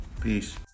Peace